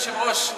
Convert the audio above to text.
אדוני היושב-ראש,